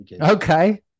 Okay